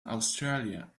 australia